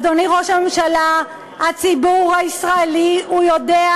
אדוני ראש הממשלה, הציבור הישראלי יודע